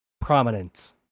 prominence